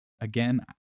again